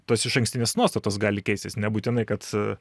tos išankstinės nuostatos gali keistis nebūtinai kad